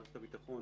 מערכת הביטחון